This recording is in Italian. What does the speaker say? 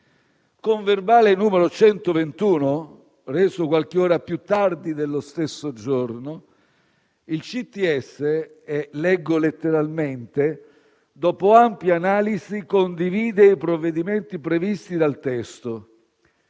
Con verbale n. 121, reso qualche ora più tardi dello stesso giorno, il CTS - leggo letteralmente - «dopo ampia analisi condivide i provvedimenti previsti dal testo».